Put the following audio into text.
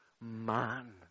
man